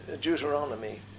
Deuteronomy